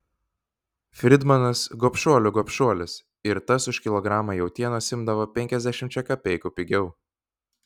fridmanas gobšuolių gobšuolis ir tas už kilogramą jautienos imdavo penkiasdešimčia kapeikų pigiau